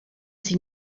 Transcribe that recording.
sie